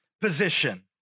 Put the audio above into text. position